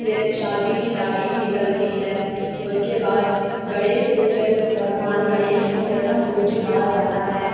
फिर शादी की तारीख निकलती है उसके बाद गणेश पूजन भगवान गणेश को प्रथम पूज्य कहा जाता है